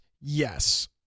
Yes